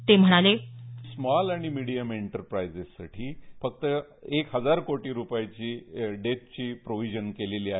ते म्हणाले small and medium enterprises साठी फक्त एक हजार कोटी रुपयांची डेपची प्रोविजन केलेली आहे